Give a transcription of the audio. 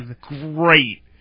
great